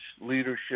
leadership